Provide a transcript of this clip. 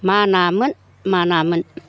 मा नामोन मा नामोन